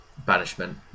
Banishment